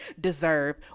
deserve